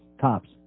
Tops